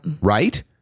right